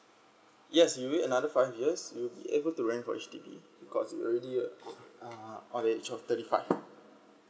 yes you wait another five years you be able to rent for H_D_B because you already uh on the age of thirty five